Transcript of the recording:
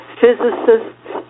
physicists